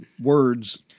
Words